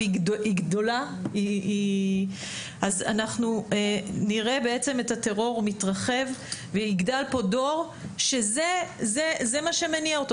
אז אנחנו נראה בעצם את הטרור מתרחב ויגדל פה דור שזה מה שמניע אותו.